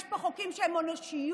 יש פה חוקים שהם אנושיות,